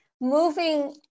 moving